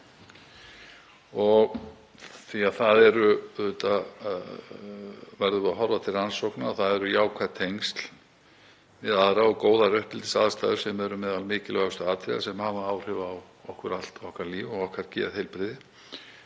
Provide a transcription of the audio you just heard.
í æsku. Auðvitað verðum við að horfa til rannsókna og það eru jákvæð tengsl við aðra og góðar uppeldisaðstæður sem eru meðal mikilvægustu atriða sem hafa áhrif á okkur allt okkar líf og okkar geðheilbrigði,